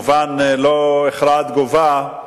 התגובה של צה"ל לא איחרה לבוא כמובן,